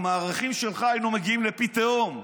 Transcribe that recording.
עם הערכים שלך היינו מגיעים לפי תהום,